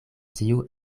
tiu